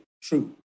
true